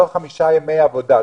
תוך חמישה ימי עבודה,